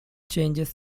changes